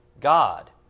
God